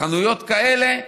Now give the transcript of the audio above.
חנויות כאלה,